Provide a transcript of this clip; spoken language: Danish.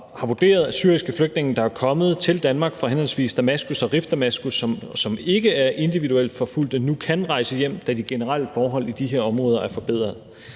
har vurderet, at syriske flygtninge, der er kommet til Danmark fra henholdsvis Damaskus og Rif Damaskus, og som ikke er individuelt forfulgte, nu kan rejse hjem, da de generelle forhold i de her områder er forbedret.